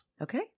Okay